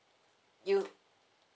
you